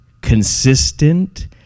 consistent